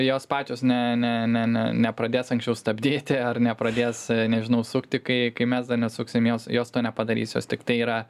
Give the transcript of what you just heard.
jos pačios ne ne ne ne nepradės anksčiau stabdyti ar nepradės nežinau sukti kai kai mes dar nesuksim jos jos to nepadarys jos tiktai yra